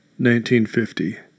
1950